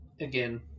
Again